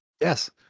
yes